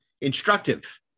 instructive